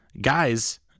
Guys